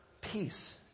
peace